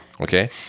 okay